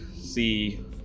see